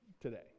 today